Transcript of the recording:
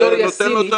זה נותן לו --- לא,